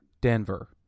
Denver